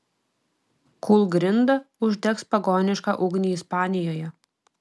kūlgrinda uždegs pagonišką ugnį ispanijoje